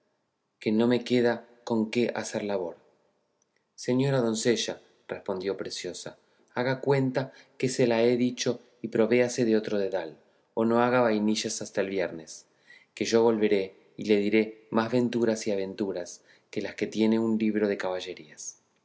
que no me queda con qué hacer labor señora doncella respondió preciosa haga cuenta que se la he dicho y provéase de otro dedal o no haga vainillas hasta el viernes que yo volveré y le diré más venturas y aventuras que las que tiene un libro de caballerías